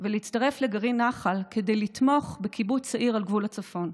ולהצטרף לגרעין נח"ל כדי לתמוך בקיבוץ צעיר על גבול הצפון.